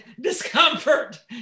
discomfort